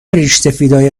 ریشسفیدهای